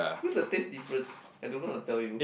you know the taste different I don't know how to tell you